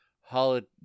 holiday